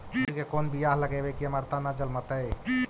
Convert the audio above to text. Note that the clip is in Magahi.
मसुरी के कोन बियाह लगइबै की अमरता न जलमतइ?